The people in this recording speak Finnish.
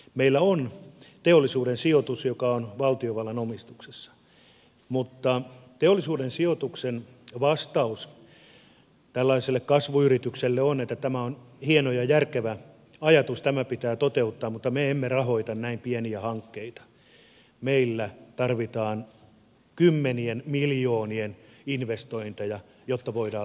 meillä on teollisuussijoitus joka on valtiovallan omistuksessa mutta teollisuussijoituksen vastaus tällaiselle kasvuyritykselle on että tämä on hieno ja järkevä ajatus tämä pitää toteuttaa mutta me emme rahoita näin pieniä hankkeita meillä tarvitaan kymmenien miljoonien investointeja jotta voidaan lähteä rahoittamaan